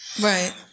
Right